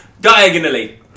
diagonally